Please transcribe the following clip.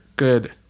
good